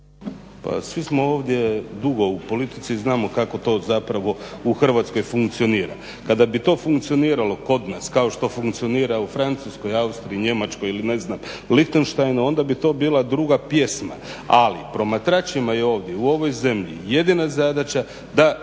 svi smo ovdje dugo u politici, znamo kako to zapravo u Hrvatskoj funkcionira. Kada bi to funkcioniralo kod nas kao što funkcionira u Francuskoj, Austriji, Njemačkoj ili Lihtenštajnu onda bi to bila druga pjesma, ali promatračima je ovdje u ovoj zemlji jedina zadaća da